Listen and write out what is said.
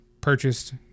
purchased